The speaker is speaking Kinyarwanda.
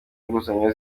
inguzanyo